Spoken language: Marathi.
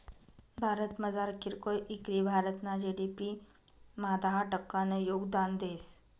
भारतमझार कीरकोय इकरी भारतना जी.डी.पी मा दहा टक्कानं योगदान देस